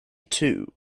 too